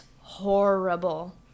horrible